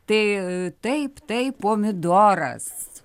tai taip tai pomidoras